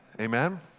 Amen